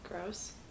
Gross